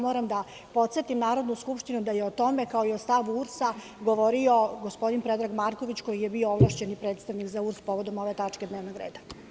Moram da podsetim Narodnu skupštinu da je o tome kao i o stavu URS govorio gospodin Predrag Marković, koji je bio ovlašćeni predstavnik za URS povodom ove tačke dnevnog reda.